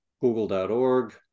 Google.org